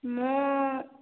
ମୁଁ